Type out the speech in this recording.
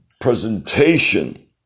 presentation